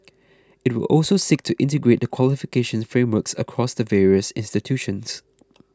it will also seek to integrate the qualification frameworks across the various institutions